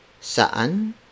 Saan